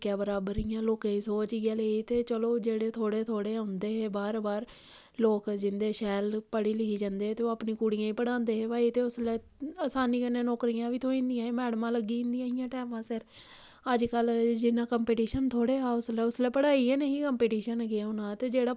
इक्कै बराबर होंदियां हियां लोकें दी सोच इ'यै नेही ही ते जेह्ड़े थोह्ड़े थोह्ड़े औंदे हे बाहर लोक जिंदे शैल पढ़ी लिखी जंदे हे शैल ते ओह् अपनी कुड़ियें गी पढ़ांदे हे ते आसानी कन्नै नौकरी थ्होई जंदी ही मैड़मां लग्गी जंदियां हियां टैमां सिर अजकल्ल जिन्ना कंपीटिशन थोह्ड़े हा पढ़ाई गै नेईं ही ते कंपीटिशन केह् होना हा ते जेह्ड़ा